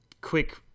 quick